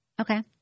Okay